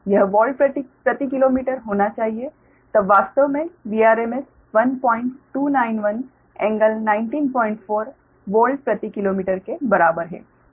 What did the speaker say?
यह वोल्ट प्रति किलोमीटर होना चाहिए तब वास्तव में Vrms 1291 कोण 1940 वोल्ट प्रति किलोमीटर के बराबर है